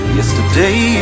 Yesterday